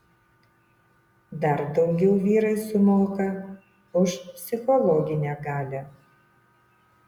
dar daugiau vyrai sumoka už psichologinę galią